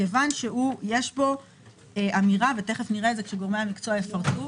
מכיוון שיש בו אמירה ונראה את זה כשגורמי המקצוע יפרטו